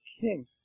king